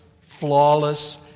flawless